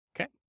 Okay